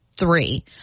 three